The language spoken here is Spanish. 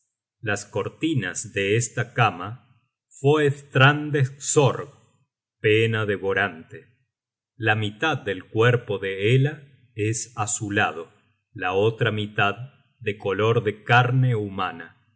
las cortinas de esta cama foertaerande sorg pena devorante la mitad del cuerpo de hela es azulado la otra mitad de color de carne humana